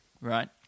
right